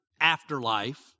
afterlife